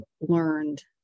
learned